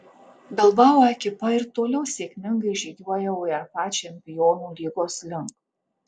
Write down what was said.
bilbao ekipa ir toliau sėkmingai žygiuoja uefa čempionų lygos link